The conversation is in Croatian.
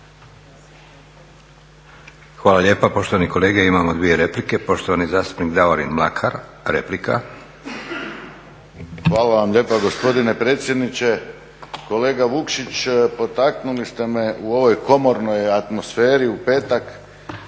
Hvala lijepa. Poštovane kolege imamo dvije replike. Poštovani zastupnik Davorin Mlakar, replika. **Mlakar, Davorin (HDZ)** Hvala vam lijepa gospodine predsjedniče. Kolege Vukšić potaknuli ste me u ovoj komornoj atmosferi u petak